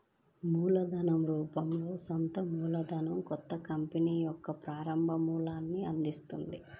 మూలధన రూపంలో సొంత మూలధనం కొత్త కంపెనీకి యొక్క ప్రారంభ మూలాన్ని అందిత్తది